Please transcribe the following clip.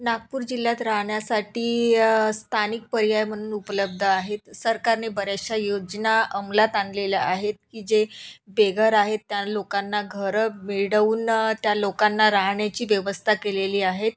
नागपूर जिल्ह्यात राहण्यासाठी स्थानिक पर्याय म्हणून उपलब्ध आहेत सरकारने बऱ्याचशा योजना अंमलात आणलेल्या आहेत की जे बेघर आहेत त्या लोकांना घरं मिळवून त्या लोकांना राहण्याची व्यवस्था केलेली आहेत